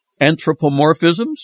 anthropomorphisms